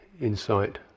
insight